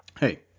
Hey